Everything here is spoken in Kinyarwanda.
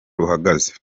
ruhagaze